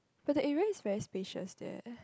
but the area is very spacious there